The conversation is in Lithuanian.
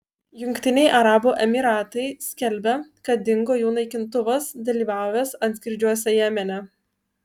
jungtiniai arabų emyratai skelbia kad dingo jų naikintuvas dalyvavęs antskrydžiuose jemene